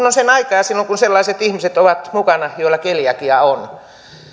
on sen aika ja silloin kun sellaiset ihmiset ovat mukana joilla keliakia on